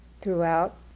Throughout